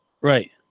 Right